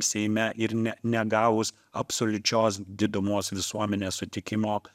seime ir ne negavus absoliučios didumos visuomenės sutikimo